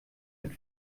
mit